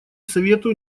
совету